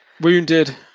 Wounded